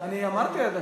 אני אמרתי את זה.